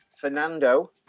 Fernando